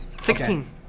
Sixteen